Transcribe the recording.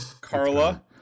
Carla